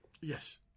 Yes